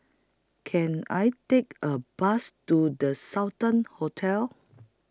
Can I Take A Bus to The Sultan Hotel